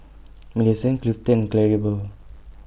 Millicent Clifton and Claribel